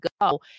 go